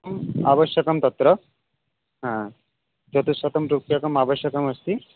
आवश्यकं तत्र चतुशतं रूप्यकम् आवश्यकम् अस्ति